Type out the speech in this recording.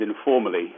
informally